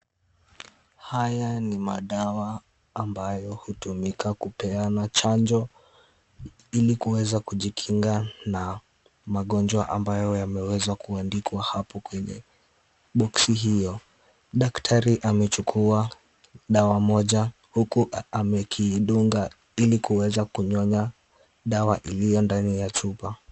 Haya ni madawa ambayo hutumika kupeana chanjo ili kuweza kujikinga na magonjwa ambayo yamewezwa kuandikwa hapo kwenye boxi hiyo. Daktari amechukua dawa moja huku amekidunga ili kuweza kunyonya dawa iliyo ndani ya chupa.